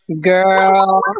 girl